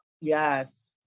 yes